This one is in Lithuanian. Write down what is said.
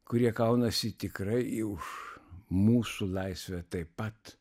kurie kaunasi tikrai už mūsų laisvę taip pat